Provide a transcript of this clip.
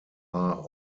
are